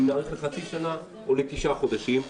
אם נאריך לחצי שנה או לתשעה חודשים,